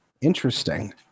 Interesting